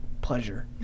Pleasure